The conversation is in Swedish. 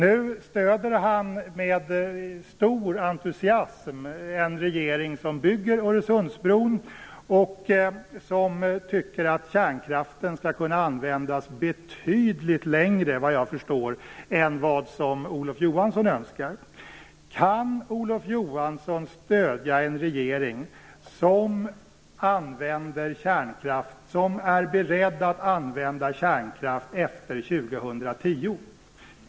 Nu stöder han med stor entusiasm en regering som bygger Öresundsbron och som tycker att kärnkraften skall kunna användas betydligt längre, såvitt jag förstår, än vad Olof Johansson önskar. Kan Olof Johansson stödja en regering som använder kärnkraft och som är beredd att använda kärnkraft efter år 2010?